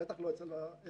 בטח לא אצל הגברים.